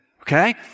Okay